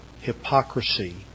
hypocrisy